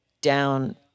down